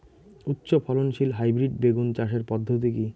উচ্চ ফলনশীল হাইব্রিড বেগুন চাষের পদ্ধতি কী?